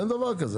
אין דבר כזה,